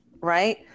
Right